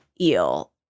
eel